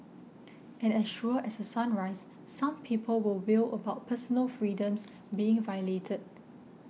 and as sure as a sunrise some people will wail about personal freedoms being violated